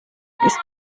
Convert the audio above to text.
ist